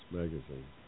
magazine